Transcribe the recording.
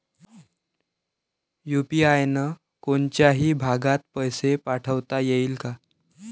UPI न कोनच्याही भागात पैसे पाठवता येईन का?